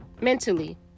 Mentally